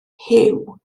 huw